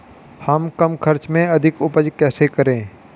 हम कम खर्च में अधिक उपज कैसे करें?